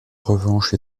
revanche